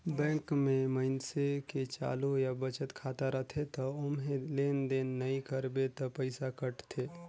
bank में मइनसे के चालू या बचत खाता रथे त ओम्हे लेन देन नइ करबे त पइसा कटथे